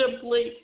simply